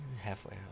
halfway